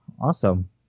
Awesome